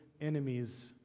enemies